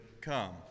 come